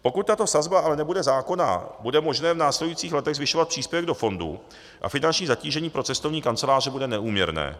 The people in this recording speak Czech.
Pokud tato sazba ale nebude zákonná, bude možné v následujících letech zvyšovat příspěvek do fondu a finanční zatížení pro cestovní kanceláře bude neúměrné.